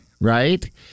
right